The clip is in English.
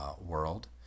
world